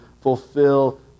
fulfill